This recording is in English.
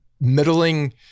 middling